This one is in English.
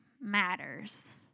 matters